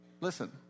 listen